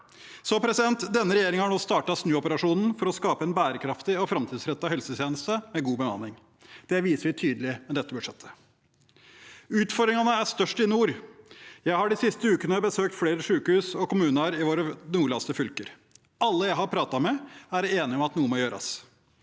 skyte fart. Denne regjeringen har nå startet snuoperasjonen for å skape en bærekraftig og framtidsrettet helsetjeneste med god bemanning. Det viser vi tydelig med dette budsjettet. Utfordringene er størst i nord. Jeg har de siste ukene besøkt flere sykehus og kommuner i våre nordligste fylker. Alle jeg har pratet med, er enige om at noe må gjøres.